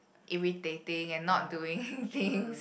irritating and not doing things